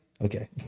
Okay